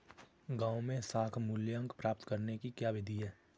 गाँवों में साख मूल्यांकन प्राप्त करने की क्या विधि है?